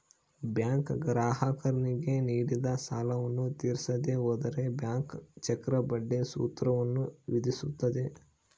bank ಗ್ರಾಹಕರಿಗೆ ನೀಡಿದ ಸಾಲವನ್ನು ತೀರಿಸದೆ ಹೋದರೆ ಬ್ಯಾಂಕ್ ಚಕ್ರಬಡ್ಡಿ ಸೂತ್ರವನ್ನು ವಿಧಿಸುತ್ತದೆ